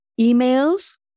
emails